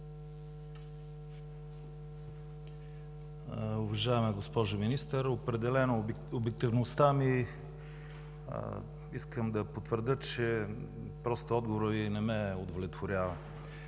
Уважаема госпожо Министър, определено заради обективността ми искам да потвърдя, че просто отговорът Ви не ме удовлетворява.